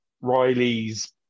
Riley's